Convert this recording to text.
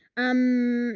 um,